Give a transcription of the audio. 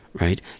right